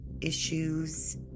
issues